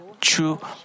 true